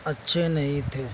اچھے نہیں تھے